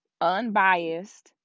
unbiased